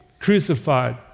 crucified